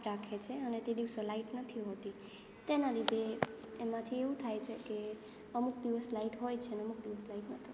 કાપ રાખે છે અને તે દિવસે લાઈટ નથી હોતી તેના લીધે એમાંથી એવું થાય છે કે અમુક દિવસ લાઈટ હોય છે અને અમુક દિવસ લાઈટ નથી હોતી